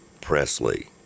Presley